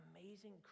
amazing